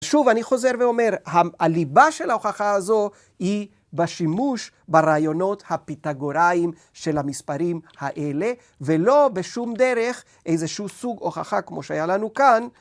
שוב, אני חוזר ואומר, הליבה של ההוכחה הזו היא בשימוש ברעיונות הפיתגוראיים של המספרים האלה, ולא בשום דרך איזשהו סוג הוכחה כמו שהיה לנו כאן